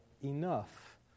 Enough